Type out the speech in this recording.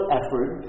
effort